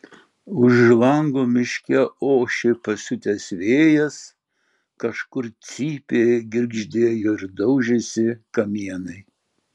už lango miške ošė pasiutęs vėjas kažkur cypė girgždėjo ir daužėsi kamienai